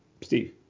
steve